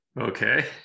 okay